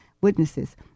witnesses